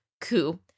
coup